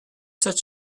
such